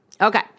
Okay